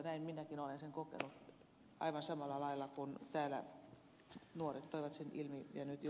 näin minäkin olen sen kokenut aivan samalla lailla kuin täällä nuoret toivat sen ilmi ja nyt ed